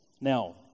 Now